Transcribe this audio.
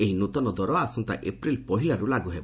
ଏହି ନୂତନ ଦର ଆସନ୍ତା ଏପ୍ରିଲ୍ ପହିଲାରୁ ଲାଗୁ ହେବ